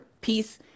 peace